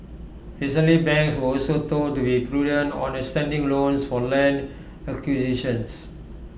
recently banks were also told to be prudent on extending loans for land acquisitions